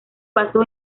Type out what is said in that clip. basó